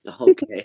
okay